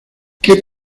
qué